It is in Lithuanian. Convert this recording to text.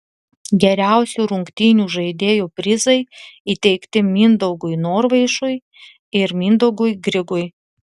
geriausių rungtynių žaidėjų prizai įteikti mindaugui norvaišui ir mindaugui grigui